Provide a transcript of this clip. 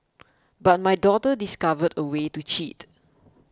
but my daughter discovered a way to cheat